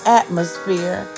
atmosphere